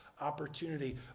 opportunity